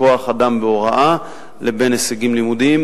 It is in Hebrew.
כוח-אדם בהוראה והישגים לימודיים.